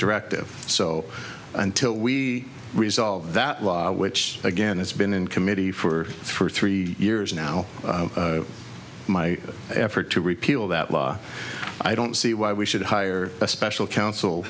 directive so until we resolve that law which again has been in committee for three years now my effort to repeal that law i don't see why we should hire a special coun